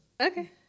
okay